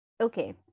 okay